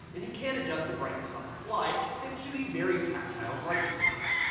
and you can adjust the brightness on the fly thanks to the very tactile brightness knob.